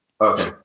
okay